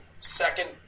Second